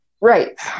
right